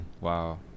Wow